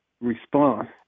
response